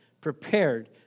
prepared